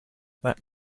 that